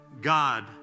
God